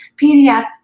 PDF